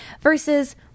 versus